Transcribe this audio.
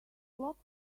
clock